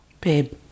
babe